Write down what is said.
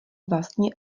vlastně